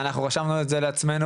ואנחנו רשמנו את זה לעצמנו,